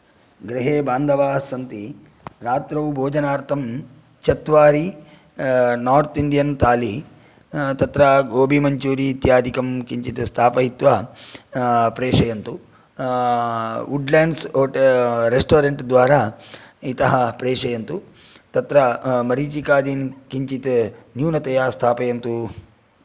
गृहे बान्धवाः सन्ति रात्रौ भोजनार्तं चत्वारि नोर्त् इण्डियन् तालि तत्र गोबि मञ्चूरियन् इत्यादि किञ्चित् स्थापयित्वा प्रेशयन्तु वुडलेंड्स् होटेल् रेस्टोरेंट् द्वारा इतः प्रेषयन्तु तत्र मरिचिकादिन् किञ्चित् न्यूनतया स्थापयन्तु